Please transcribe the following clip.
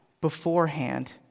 beforehand